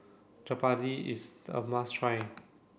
Jalebi is the must try